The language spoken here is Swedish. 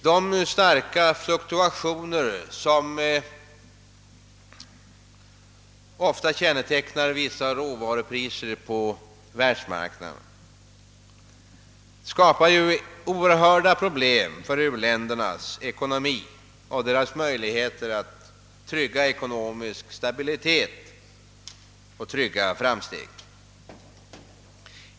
De starka fluktuationer som ofta kännetecknar vissa råvarupriser på världsmarknaden skapar oerhörda problem för u-ländernas ekonomi och deras möjligheter att trygga ekonomisk stabilitet och framsteg.